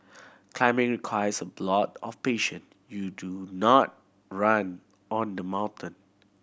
climbing requires a lot of patience you do not run on the mountain